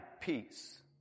peace